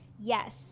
Yes